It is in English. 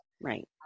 Right